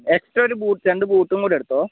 extra ഒരു രണ്ട് ബൂട്ടും കൂടി എടുത്തോളൂ